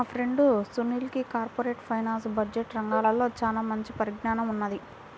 మా ఫ్రెండు సునీల్కి corporate finance, budget రంగాల్లో చానా మంచి పరిజ్ఞానం ఉన్నది